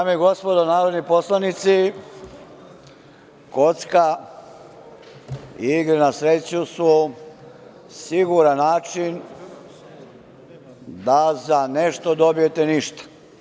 Dame i gospodo narodni poslanici, kocka i igre na sreću su siguran način da za nešto dobijete ništa.